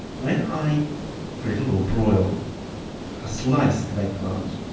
when i griddle or broil a slice of eggplant,